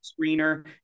screener